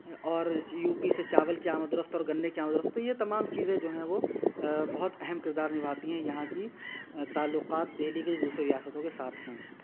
اور سی U P سے چاول کی آمد و رفت اور گنے کی آمد و رفت یہ تمام چیزیں جو ہیں وہ بہت اہم کردار نبھاتی ہیں یہاں کی تعلقات دہلی کی دوسرے ریاستوں کے ساتھ ہیں